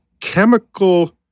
chemical